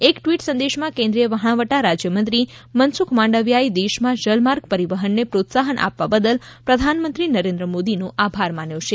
એક ટ્વીટ સંદેશમાં કેન્દ્રીય વહાણવટા રાજ્ય મંત્રી મનસુખ માંડવિયાએ દેશમાં જલમાર્ગ પરિવહનને પ્રોત્સાહન આપવા બદલ પ્રધાનમંત્રી નરેંદ્ર મોદીનો આભાર માન્યો છે